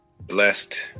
blessed